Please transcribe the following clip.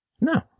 No